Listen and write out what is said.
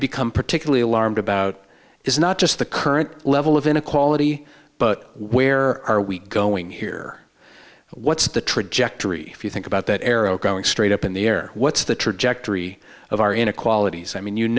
become particularly alarmed about is not just the current level of inequality but where are we going here what's the trajectory if you think about that arrow going straight up in the air what's the trajectory of our inequalities i mean you